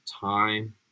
time